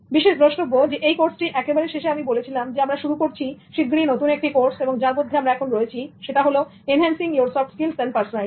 বিশেষ দ্রষ্টব্য এই কোর্সটি একেবারে শেষে আমি বলেছিলাম আমরা শুরু করছি শিগগিরই নতুন একটি কোর্স এবং যার মধ্যে আমরা এখন রয়েছি সেটা হল enhancing your soft skills and personality